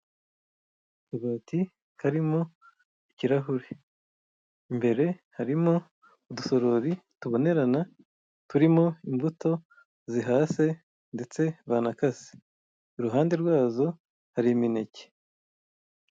Akabati karimo ikirahure imbere harimo udusorori tubonerana turimo imbuto zihase ndetse banakase, iruhande rwazo hari imineke.